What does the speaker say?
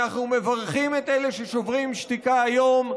אנחנו מברכים את אלה ששוברים שתיקה היום,